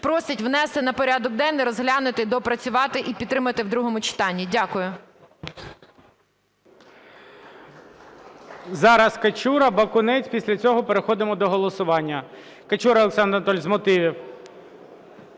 просить внести на порядок денний, розглянути, доопрацювати і підтримати в другому читанні. Дякую. ГОЛОВУЮЧИЙ. Зараз Качура, Бакунець. Після цього переходимо до голосування. Качура Олександр Анатолійович, з мотивів.